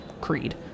creed